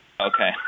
Okay